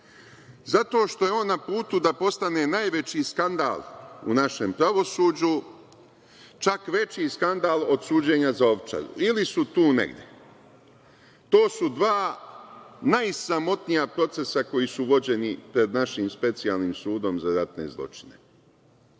Zato što je on na putu da postane najveći skandal u našem pravosuđu, čak veći skandal od suđena za Ovčar ili su tu negde. To su dva najsramotnija procesa koja su vođena pred našim Specijalnim sudom za ratne zločine.